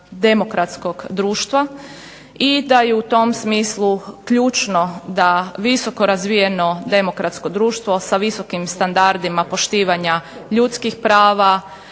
demokratskog društva i da je u tom smislu ključno da visoko razvijeno demokratsko društvo sa visokim standardima poštivanja ljudskih prava,